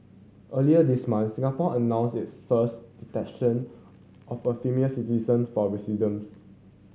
earlier this month Singapore announced its first detention of a female citizen for